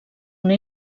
una